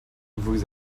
vous